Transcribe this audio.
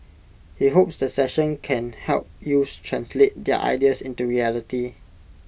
he hopes the session can help youths translate their ideas into reality